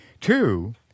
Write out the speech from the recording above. Two